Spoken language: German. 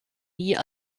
nie